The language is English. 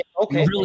Okay